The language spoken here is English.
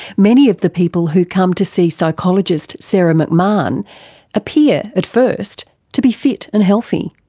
many of the people who come to see psychologist sarah mcmahon appear at first to be fit and healthy.